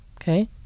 okay